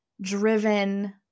driven